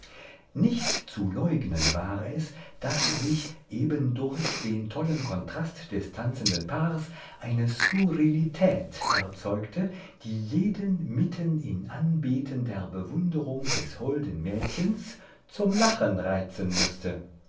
nicht zu leugnen war es daß sich eben durch den tollen kontrast des tanzenden paars eine skurrilität erzeugte die jeden mitten in anbetender bewunderung des holden mädchens zum lachen reizen mußte